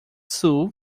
sul